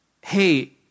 hey